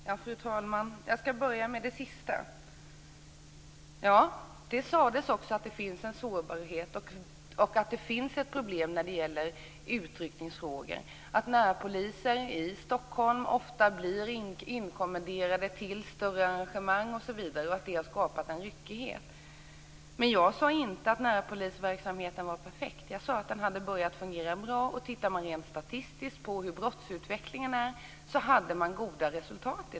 Fru talman! Jag skall börja med det sista. Det sades att det finns en sårbarhet och ett problem när det gäller utryckningsfrågor. Det sades att närpoliser i Stockholm ofta blir inkommenderade till större arrangemang och att det har skapat en ryckighet. Men jag sade inte att närpolisverksamheten var perfekt. Jag sade att den har börjat fungera bra. Tittar vi rent statistiskt på hur brottsutvecklingen är har man goda resultat.